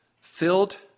Filled